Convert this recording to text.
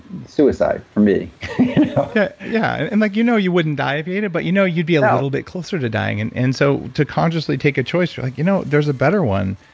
suicide for me okay. yeah. and like you know you wouldn't die if you ate it, but you know you'd be a little bit closer to dying, and and so to consciously take a choice you're like, you know there's a better one.